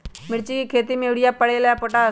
मिर्ची के खेती में यूरिया परेला या पोटाश?